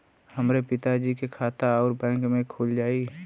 हमरे पिता जी के खाता राउर बैंक में खुल जाई?